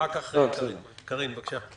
קארין, בבקשה.